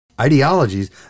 Ideologies